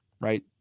right